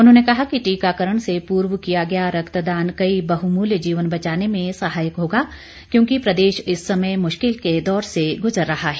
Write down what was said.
उन्होंने कहा कि टीकाकरण से पूर्व किया गया रक्तदान कई बहुमूल्य जीवन बचाने में सहायक होगा क्योंकि प्रदेश इस समय मुश्किल के दौर से गुजर रहा है